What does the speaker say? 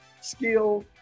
skill